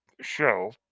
show